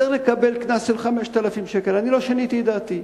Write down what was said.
צריך לקבל קנס של 5,000. אני לא שיניתי את דעתי.